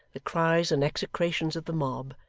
the cries and execrations of the mob,